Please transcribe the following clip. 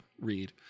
read